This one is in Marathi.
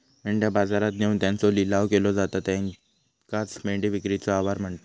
मेंढ्या बाजारात नेऊन त्यांचो लिलाव केलो जाता त्येकाचं मेंढी विक्रीचे आवार म्हणतत